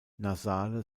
nasale